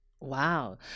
wow